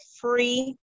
free